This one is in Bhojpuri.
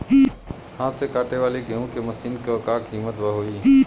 हाथ से कांटेवाली गेहूँ के मशीन क का कीमत होई?